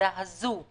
בעמדה הזו,